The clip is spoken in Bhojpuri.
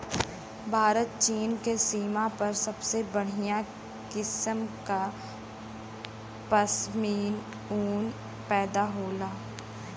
भारत चीन के सीमा पर सबसे बढ़िया किसम क पश्मीना ऊन पैदा होला